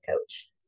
coach